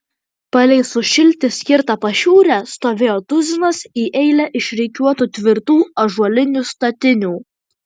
palei sušilti skirtą pašiūrę stovėjo tuzinas į eilę išrikiuotų tvirtų ąžuolinių statinių